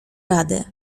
rady